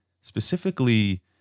specifically